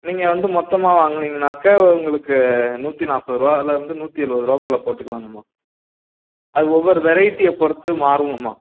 நீங்கள் வந்து மொத்தமாக வாங்குனீங்கனாக்க உங்களுக்கு நூற்றி நாப்பதுரூபாலருந்து நூற்றி எழுவதுரூவாக்குள்ள போட்டுக்கலாங்கம்மா அது ஒவ்வொரு வெரைட்டியை பொறுத்து மாறுங்கம்மா